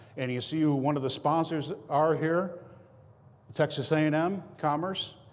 and you see who one of the sponsors are here texas a and m commerce.